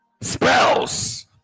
spells